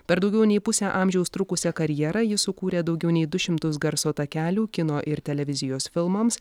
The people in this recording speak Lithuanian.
per daugiau nei pusę amžiaus trukusią karjerą jis sukūrė daugiau nei du šimtus garso takelių kino ir televizijos filmams